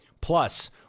Plus